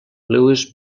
lewis